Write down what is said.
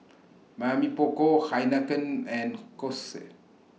Mamy Poko Heinekein and Kose